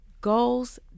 goals